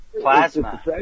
Plasma